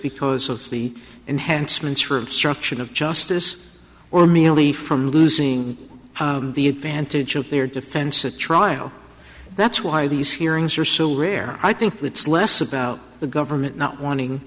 because of the enhancements for obstruction of justice or merely from losing the advantage of their defense at trial that's why these hearings are so rare i think it's less about the government not wanting